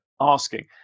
asking